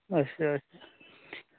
अच्छा अच्छा